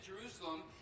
Jerusalem